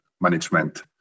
management